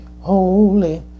holy